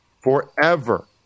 forever